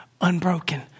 unbroken